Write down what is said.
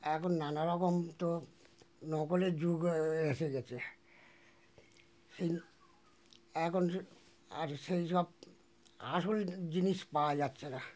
এখন নানারকম তো নকলের যুগ এসে গিয়েছে সেই এখন আর সেই সব আসল জিনিস পাওয়া যাচ্ছে না